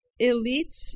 elites